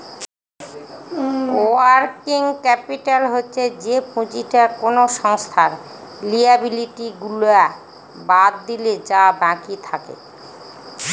working capital হচ্ছে যে পুঁজিটা কোনো সংস্থার লিয়াবিলিটি গুলা বাদ দিলে যা বাকি থাকে